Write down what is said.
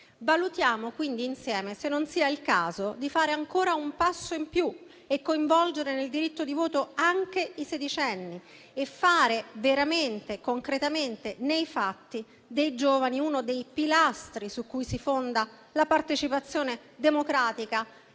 Valutiamo, quindi, insieme se non sia il caso di fare ancora un passo in più e coinvolgere nel diritto di voto anche i sedicenni e fare veramente, concretamente, nei fatti, dei giovani uno dei pilastri su cui si fonda la partecipazione democratica